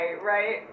right